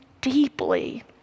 deeply